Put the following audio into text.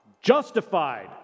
justified